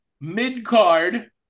mid-card